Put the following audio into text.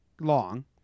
long